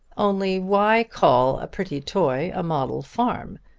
only why call a pretty toy a model farm?